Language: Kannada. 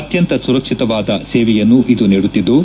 ಅತ್ಯಂತ ಸುರಕ್ಷಿತವಾದ ಸೇವೆಯನ್ನು ಇದು ನೀಡುತ್ತಿದ್ದು